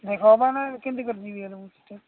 ଦେଖା ହବ ନା କେମତି କରିିବି ମୁଁ ସେଟା